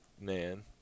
man